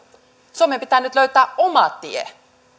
suomen pitää nyt löytää oma tie